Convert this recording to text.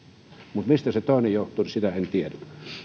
mutta mistä se toinen johtui sitä en tiedä